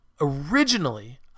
originally